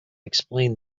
explained